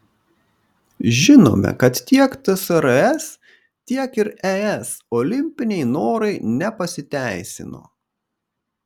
žinome kad tiek tsrs tiek ir es olimpiniai norai nepasiteisino